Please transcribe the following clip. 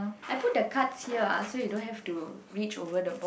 I put the cards here ah so you don't have to reach over the box